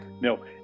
no